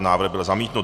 Návrh byl zamítnut.